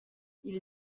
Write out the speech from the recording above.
ils